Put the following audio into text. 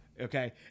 Okay